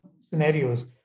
scenarios